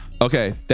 Okay